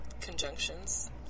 conjunctions